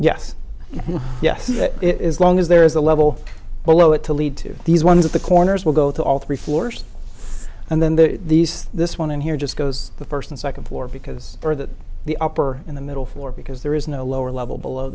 yes yes it is long as there is a level below it to lead to these ones at the corners will go through all three floors and then the these this one here just goes the first and second floor because that the upper in the middle floor because there is no lower level below